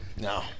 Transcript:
No